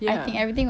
ya